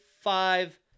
five